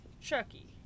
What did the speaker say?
Chucky